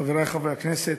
חברי חברי הכנסת,